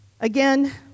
Again